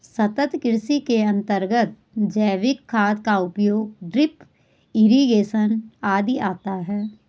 सतत् कृषि के अंतर्गत जैविक खाद का उपयोग, ड्रिप इरिगेशन आदि आता है